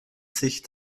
sich